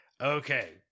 Okay